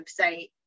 website